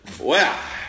Wow